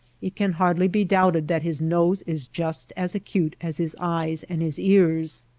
it can hardly be doubted that his nose is just as acute as his eyes and his ears.